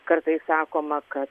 kartais sakoma kad